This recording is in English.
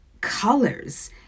colors